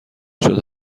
شده